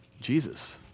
Jesus